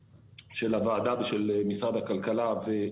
, וגם בגלל שכל הסיפור